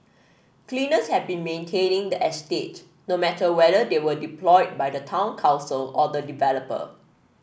cleaners have been maintaining the estate no matter whether they were deployed by the town council or the developer